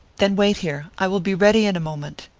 then wait here i will be ready in a moment.